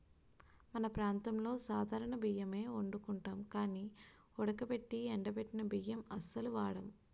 మన ప్రాంతంలో సాధారణ బియ్యమే ఒండుకుంటాం గానీ ఉడకబెట్టి ఎండబెట్టిన బియ్యం అస్సలు వాడం